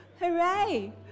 hooray